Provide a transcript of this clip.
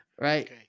Right